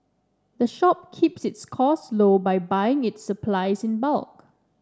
the shop keeps its costs low by buying its supplies in bulk